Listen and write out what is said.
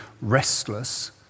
restless